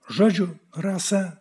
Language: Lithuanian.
žodžių rasa